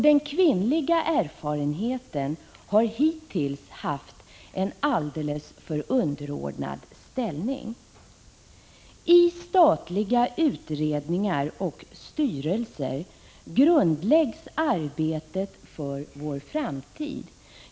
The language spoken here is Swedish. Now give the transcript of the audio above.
Den kvinnliga erfarenheten har hittills haft en alldeles för underordnad ställning. I statliga utredningar och styrelser grundläggs arbetet för vår framtid.